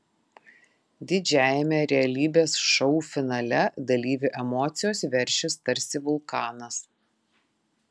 didžiajame realybės šou finale dalyvių emocijos veršis tarsi vulkanas